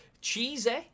cheesy